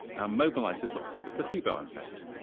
ah mobilises what's called the placebo effect.